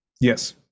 Yes